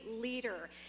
leader